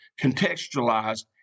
contextualized